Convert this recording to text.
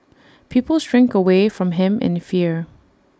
people shrink away from him in fear